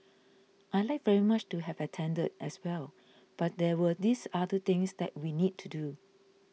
I'd like very much to have attended as well but there were these other things that we need to do